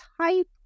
type